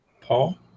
Paul